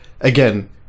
again